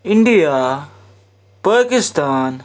India Pakistan